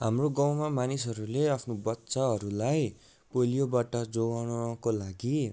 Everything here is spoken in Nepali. हाम्रो गउँमा मानिसहरूले आफ्नो बच्चाहरूलाई पोलियोबाट जोगाउनको लागि